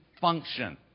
function